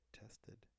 tested